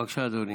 בבקשה, אדוני.